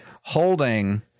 holding